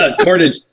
Cordage